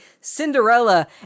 Cinderella